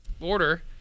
order